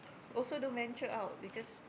also don't venture out because